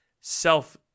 self